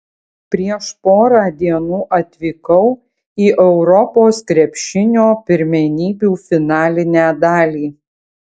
prieš porą dienų atvykau į europos krepšinio pirmenybių finalinę dalį